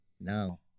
Now